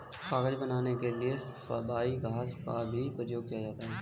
कागज बनाने के लिए सबई घास का भी प्रयोग किया जाता है